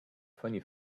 funny